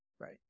Right